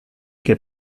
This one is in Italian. che